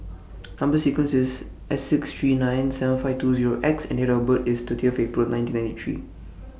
Number sequence IS S six three nine and seven five two Zero X and Date of birth IS thirtieth April nineteen ninety three